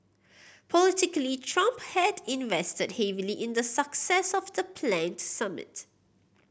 politically Trump had invested heavily in the success of the planned summit